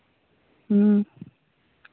ᱦᱮᱸ